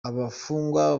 abafungwa